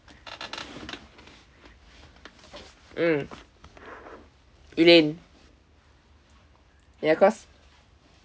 mm elaine ya cause